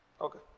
Okay